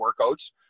workouts